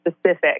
specific